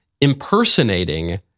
impersonating